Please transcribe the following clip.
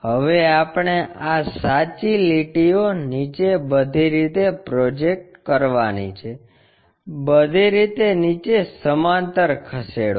હવે આપણે આ સાચી લીટીઓ નીચે બધી રીતે પ્રોજેક્ટ કરવાની છે બધી રીતે નીચે સમાંતર ખસેડો